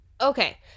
Okay